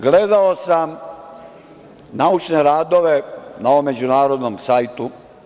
Gledao sam naučne radove na ovom međunarodnom sajtu.